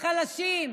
החלשים,